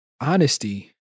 honesty